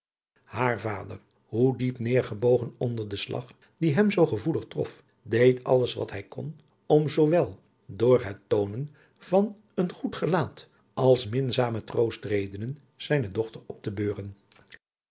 haar vader hoe diep neêrgebogen onder den slag die hem zoo gevoelig trof deed alles wat hij kon om adriaan loosjes pzn het leven van hillegonda buisman zoowel door het toonen van een goedgelaat als minzame troostredenen zijne dochter op te beuren